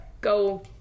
go